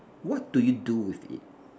what do you do with it